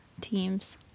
teams